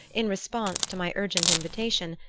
in response to my urgent invitation,